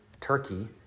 Turkey